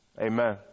Amen